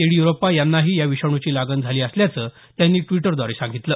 येडीयुरप्पा यांनाही या विषाणूची लागण झाली असल्याचं त्यांनी ट्विटद्वारे सांगितलं